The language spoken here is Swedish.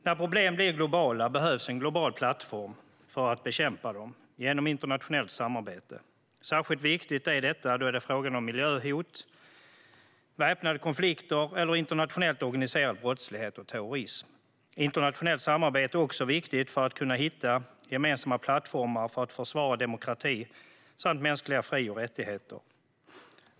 När problem blir globala behövs en global plattform för att bekämpa dem genom internationellt samarbete. Särskilt viktigt är detta då det är fråga om miljöhot, väpnade konflikter eller internationellt organiserad brottslighet och terrorism. Internationellt samarbete är också viktigt för att hitta gemensamma plattformar för att försvara demokrati samt mänskliga fri och rättigheter.